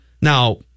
Now